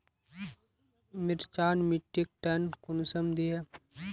मिर्चान मिट्टीक टन कुंसम दिए?